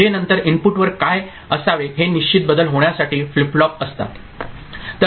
जे नंतर इनपुट वर काय असावे हे निश्चित बदल होण्यासाठी फ्लिप फ्लॉप असतात